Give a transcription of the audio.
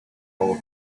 old